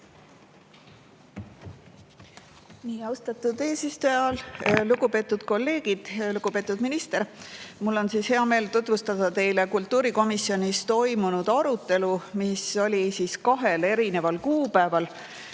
teile! Austatud eesistuja! Lugupeetud kolleegid! Lugupeetud minister! Mul on hea meel tutvustada teile kultuurikomisjonis toimunud arutelu, mis oli kahel erineval kuupäeval: